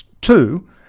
Two